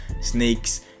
snakes